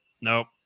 Nope